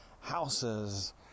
Houses